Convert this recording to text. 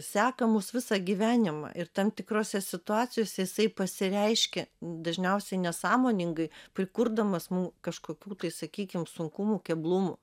seka mus visą gyvenimą ir tam tikrose situacijose jisai pasireiškia dažniausiai nesąmoningai prikurdamas mum kažkokių sakykim sunkumų keblumų